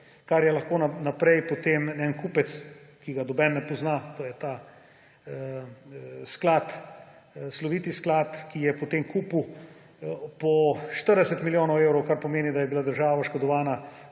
kar je lahko naprej potem en kupec, ki ga noben ne pozna, to je ta sloviti sklad, ki je potem kupil po 40 milijonov evrov, kar pomeni, da je bila država oškodovana